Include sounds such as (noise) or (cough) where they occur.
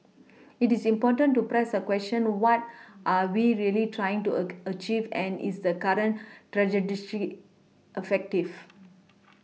(noise) it is important to press a question what are we really trying to a (noise) achieve and is the current (unintelligible) dish effective